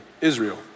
Israel